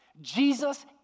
Jesus